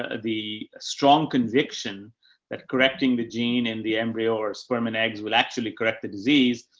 ah the strong conviction that correcting the gene and the embryo or sperm and eggs will actually correct the disease.